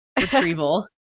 retrieval